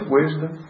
wisdom